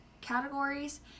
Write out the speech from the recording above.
categories